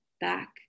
Back